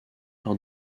par